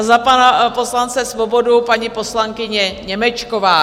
Za pana poslance Svobodu paní poslankyně Němečková.